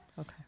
okay